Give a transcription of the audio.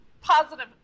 positive